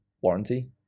warranty